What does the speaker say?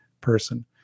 person